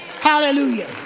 Hallelujah